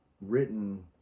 written